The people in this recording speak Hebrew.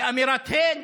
באמירת הן?